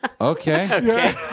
Okay